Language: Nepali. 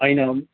होइन